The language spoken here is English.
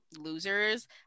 losers